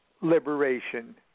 liberation